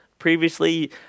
Previously